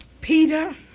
Peter